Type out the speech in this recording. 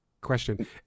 question